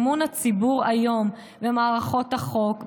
אמון הציבור היום במערכות החוק,